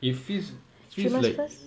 it feels feels like